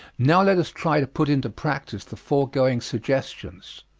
now let us try to put into practise the foregoing suggestions.